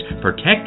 protect